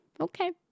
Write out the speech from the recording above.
okay